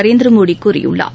நரேந்திரமோடி கூறியுள்ளார்